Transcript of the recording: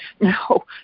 No